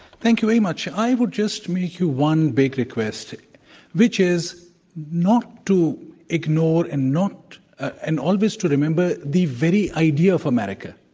thank you very much. i would just make you one big request which is not to ignore and and always to remember the very idea of america.